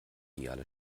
ideale